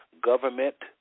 Government